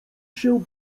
się